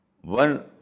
one